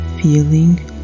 feeling